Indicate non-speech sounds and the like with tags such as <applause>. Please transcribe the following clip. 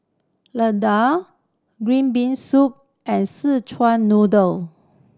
<unintelligible> green bean soup and sichuan noodle